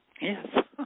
Yes